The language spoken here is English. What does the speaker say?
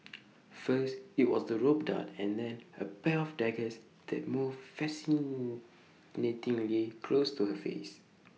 first IT was the rope dart and then A pair of daggers that moved fascinatingly close to her face